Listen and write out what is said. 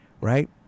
Right